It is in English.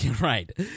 Right